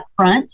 upfront